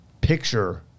picture